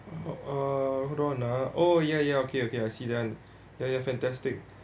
uh hold on ah oh ya ya okay okay I see then ya ya fantastic